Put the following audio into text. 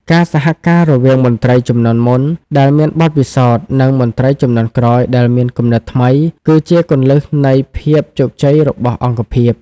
ការសហការរវាងមន្ត្រីជំនាន់មុនដែលមានបទពិសោធន៍ និងមន្ត្រីជំនាន់ក្រោយដែលមានគំនិតថ្មី គឺជាគន្លឹះនៃភាពជោគជ័យរបស់អង្គភាព។